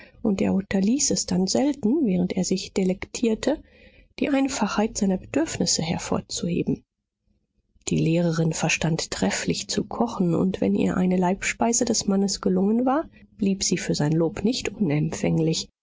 und er unterließ es dann selten während er sich delektierte die einfachheit seiner bedürfnisse hervorzuheben die lehrerin verstand trefflich zu kochen und wenn ihr eine leibspeise des mannes gelungen war blieb sie für sein lob nicht unempfänglich